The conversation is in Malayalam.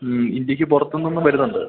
മ്മ് ഇന്ത്യക്ക് പുറത്തുനിന്നും വരുന്നുണ്ട്